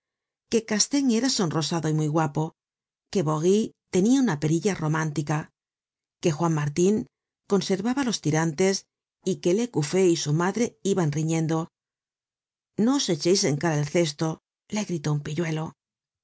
que castaing era sonrosado y muy guapo que bories tenia una perilla romántica que juan martin conservaba los tirantes y que lecouffé y su madre iban riñendo no os echéis en cara el cesto les gritó un pilludo